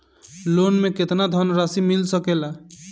Loan मे केतना धनराशी मिल सकेला?